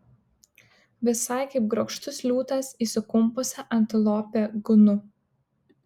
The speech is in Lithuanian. visai kaip grakštus liūtas į sukumpusią antilopę gnu